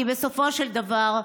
כי בסופו של דבר,